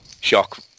shock